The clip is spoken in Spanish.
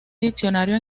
diccionario